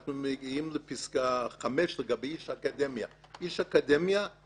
כשאנחנו מגיעים לפסקה (5) לגבי איש אקדמיה בעל